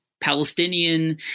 Palestinian